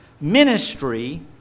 Ministry